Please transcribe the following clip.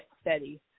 steady